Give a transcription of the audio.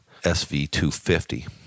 sv250